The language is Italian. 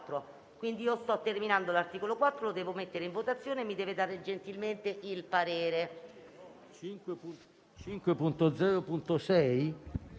Quindi, io sto terminando l'articolo 4 e lo devo mettere in votazione. Mi deve dare gentilmente il parere